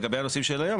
לגבי הנושאים של היום,